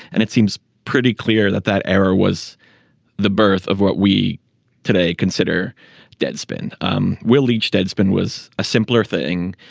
and it seems pretty clear that that error was the birth of what we today consider deadspin um will each deadspin was a simpler thing.